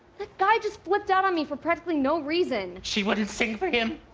that guy just flipped out on me for practically no reason. she wouldn't sing for him.